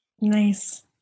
Nice